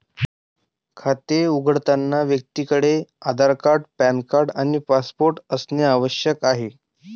खाते उघडताना व्यक्तीकडे आधार कार्ड, पॅन कार्ड आणि पासपोर्ट फोटो असणे आवश्यक आहे